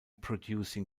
producing